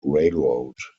railroad